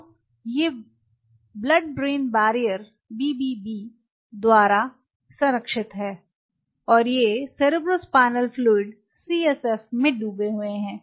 तो ये blood brain barrier blood brain barrier BBB द्वारा संरक्षित हैं और ये cerebrospinal fluid cerebrospinal fluid CSF में डूबे हुए हैं